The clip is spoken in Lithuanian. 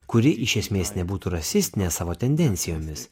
kuri iš esmės nebūtų rasistinė savo tendencijomis